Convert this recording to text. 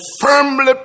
firmly